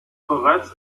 bereits